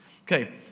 Okay